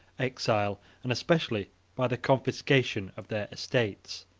exile, and especially by the confiscation of their estates.